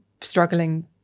struggling